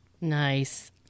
Nice